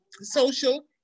social